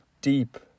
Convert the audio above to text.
deep